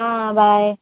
bye